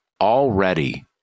Already